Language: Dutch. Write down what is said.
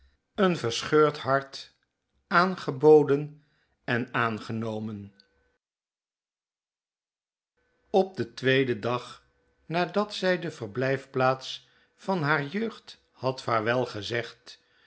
een verscheurd hart aangeboden eh aangenomen op den tweeden dag nadat zij de verblijfplaats van haar jeugd had